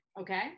Okay